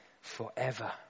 forever